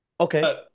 Okay